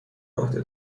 عهده